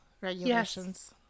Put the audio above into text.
regulations